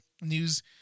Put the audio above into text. news